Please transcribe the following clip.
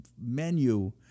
menu